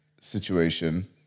situation